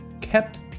kept